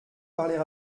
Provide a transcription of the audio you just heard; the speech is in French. parler